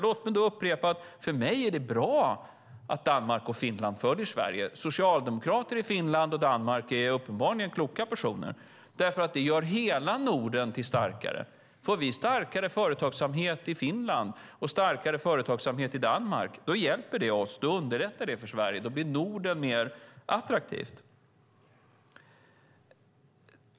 Låt mig då upprepa att det är bra för mig att Danmark och Finland följer Sverige - socialdemokrater i Finland och Danmark är uppenbarligen kloka personer - därför att det gör hela Norden starkare. Får vi starkare företagsamhet i Finland och i Danmark hjälper det oss. Då underlättar det för Sverige. Då blir Norden mer attraktivt.